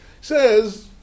says